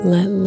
Let